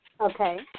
Okay